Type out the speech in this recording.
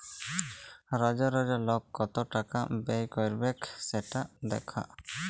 রজ রজ লক কত টাকা ব্যয় ক্যইরবেক সেট দ্যাখা